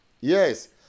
Yes